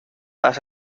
vas